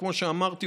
וכמו שאמרתי,